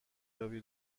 یابی